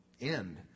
end